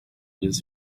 his